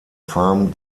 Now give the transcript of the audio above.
farm